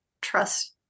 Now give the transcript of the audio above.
trust